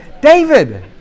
David